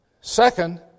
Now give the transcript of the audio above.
Second